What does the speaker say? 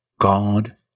God